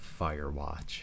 Firewatch